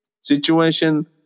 situation